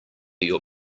your